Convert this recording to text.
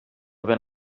ben